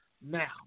Now